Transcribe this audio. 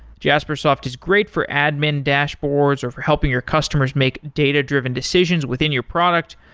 jaspersoft is great for admin dashboards or for helping your customers make data-driven decisions within your product,